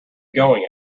going